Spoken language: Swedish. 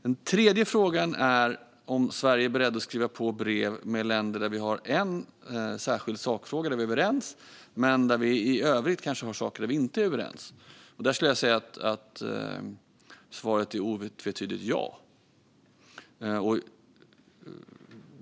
Den tredje frågan är om Sverige är berett att skriva på brev med länder med vilka vi är överens i en särskild sakfråga men som vi i övrigt kanske inte är överens med i andra saker. Där skulle jag säga att svaret är otvetydigt ja.